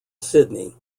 sydney